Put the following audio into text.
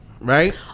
right